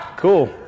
Cool